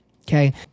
Okay